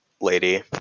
lady